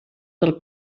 del